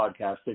podcasting